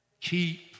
Keep